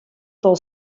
del